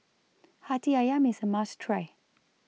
Hati Ayam IS A must Try